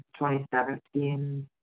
2017